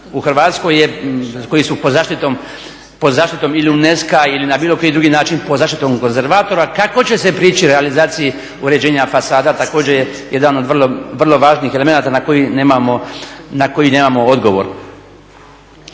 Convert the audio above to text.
u Hrvatskoj koji su pod zaštitom ili UNESCO-a ili na bilo koji drugi način pod zaštitom konzervatora kako će se prići realizaciji uređenja fasada također je jedan od vrlo važnih elemenata na koji nemamo odgovor.